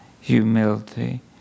humility